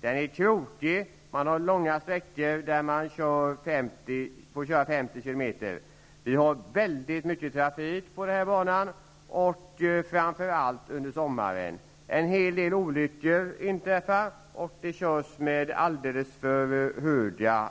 Vägen är krokig, och på långa sträckor får man bara köra med en hastighet av 50 km i timmen. Det är dessutom mycket trafik på den här sträckan, framför allt under sommaren. En hel del olyckor inträffar faktiskt. Hastigheterna är alldeles för höga.